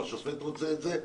או השופט רוצה את זה,